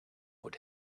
would